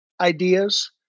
ideas